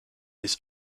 his